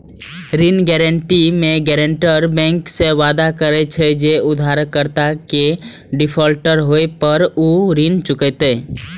ऋण गारंटी मे guarantor bank सं वादा करे छै, जे उधारकर्ता के डिफॉल्टर होय पर ऊ ऋण चुकेतै